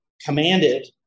commanded